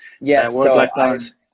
yes